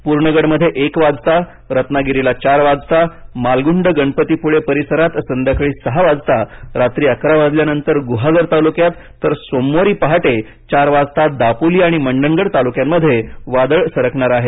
पूर्णगडमध्ये एक वाजता रत्नागिरीला चार वाजता मालगुंड गणपतीपुळे परिसरात संध्याकाळी सहा वाजता रात्री अकरा वाजल्यानंतर गुहागर तालुक्यात तर सोमवारी पहाटे चार वाजता दापोली आणि मंडणगड तालुक्यांकडे वादळ सरकणार आहे